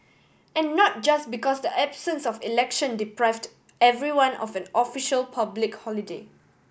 and not just because the absence of election deprived everyone of a official public holiday